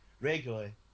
regularly